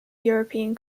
european